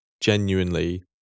genuinely